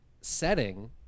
setting